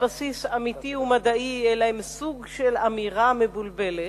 בסיס אמיתי או מדעי אלא הם סוג של אמירה מבולבלת,